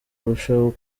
birushaho